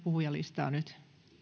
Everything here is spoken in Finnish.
puhujalistaa nyt